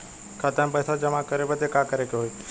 खाता मे पैसा जमा करे बदे का करे के होई?